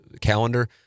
calendar